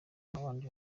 nk’abandi